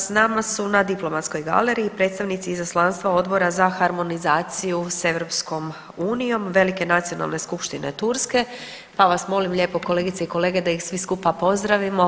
S nama su na diplomatskoj galeriji predstavnici izaslanstva Odbora za harmonizaciju s EU Velike nacionalne skupštine Turske pa vas molim lijepo kolegice i kolege da ih svi skupa pozdravimo.